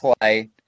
play